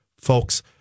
folks